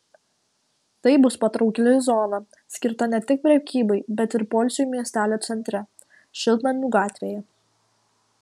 tai bus patraukli zona skirta ne tik prekybai bet ir poilsiui miestelio centre šiltnamių gatvėje